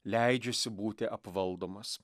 leidžiasi būti apvaldomas